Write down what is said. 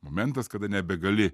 momentas kada nebegali